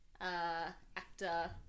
actor